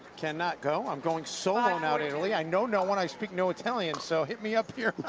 cannot go. i'm going solo now to italy. i know no one. i speak no italian. so hit me up here